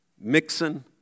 mixing